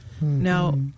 Now